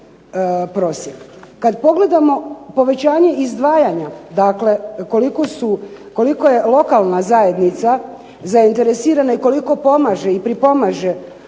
prosjek. Kad pogledamo povećanje izdvajanja dakle, koliko je lokalna zajednica zainteresirana i koliko pomaže i pripomaže